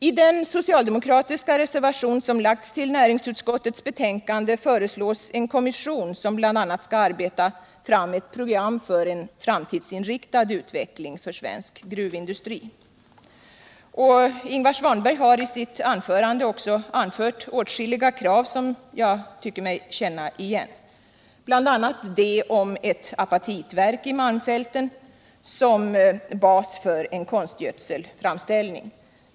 I den socialdemokratiska reservation som fogats till näringsutskottets betänkande föreslås en kommission som bl.a. skall arbeta fram ett program för en framtidsinriktad Ingvar Svanberg har i sitt anförande också framfört åtskilliga krav som jag tycker mig känna igen, bl.a. det om ett apatitverk i malmfälten som bas för en konstgödselframställning.